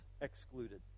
excluded